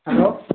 hello